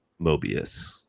Mobius